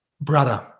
brother